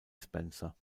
spencer